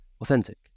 authentic